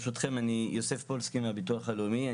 אני יוסף פולסקי מהביטוח הלאומי.